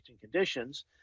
conditions